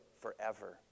forever